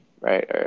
right